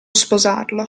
sposarlo